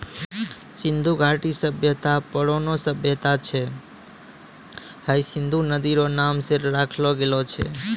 सिन्धु घाटी सभ्यता परौनो सभ्यता छै हय सिन्धु नदी रो नाम से राखलो गेलो छै